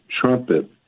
trumpet